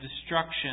destruction